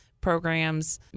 programs